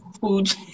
Food